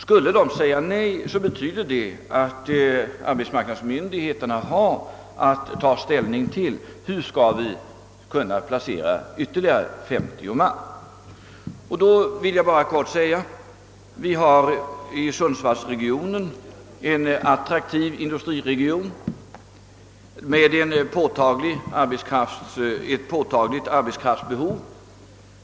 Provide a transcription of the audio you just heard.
Skulle fackföreningen säga nej, betyder det att arbetsmarknadsmyndigheterna har att bedöma hur ytterligare 50 man skall kunna placeras. Utöver mäktigeval detta vill jag i korthet bara säga följande. Sundsvallsregionen är en attraktiv industriregion med ett påtagligt arbetskraftsbehov.